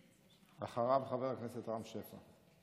אחריו, חבר הכנסת רם שפע,